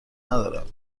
ندارم